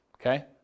Okay